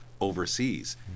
overseas